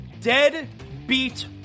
deadbeat